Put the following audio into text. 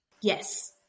Yes